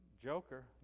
joker